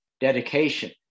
dedication